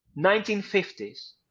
1950s